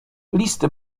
listy